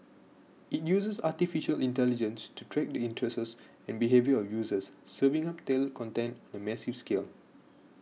it uses Artificial Intelligence to track the interests and behaviour of users serving up tailored content on a massive scale